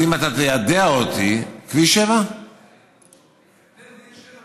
אז אם אתה תיידע אותי, הכביש בין באר שבע